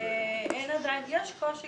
יש קושי